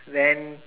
then